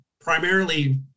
primarily